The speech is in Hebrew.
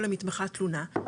או למתמחה תלונה,